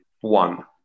one